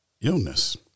illness